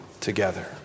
together